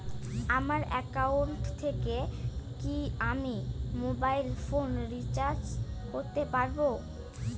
আমার একাউন্ট থেকে কি আমি মোবাইল ফোন রিসার্চ করতে পারবো?